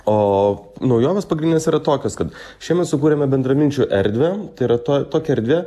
o naujovės pagrindinės yra tokios kad šiemet sukūrėme bendraminčių erdvę tai yra ta tokia erdvė